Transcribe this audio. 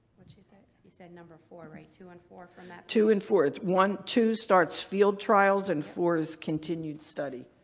but she say? you said number four, right? two and four from. two and four. it's one two starts field trials and four is continued study.